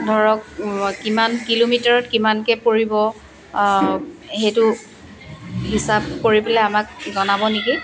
ধৰক কিমান কিলোমিটাৰত কিমানকৈ পৰিব সেইটো হিচাপ কৰি পেলাই আমাক জনাব নেকি